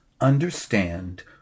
understand